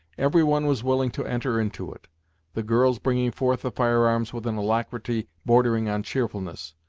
every one was willing to enter into it the girls bringing forth the firearms with an alacrity bordering on cheerfulness.